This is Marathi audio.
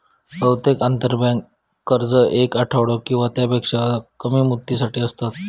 बहुतेक आंतरबँक कर्ज येक आठवडो किंवा त्यापेक्षा कमी मुदतीसाठी असतत